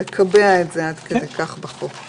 הוצע נוסח שהמועצה תקבע או תאפשר מקום אחר וכו'.